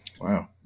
wow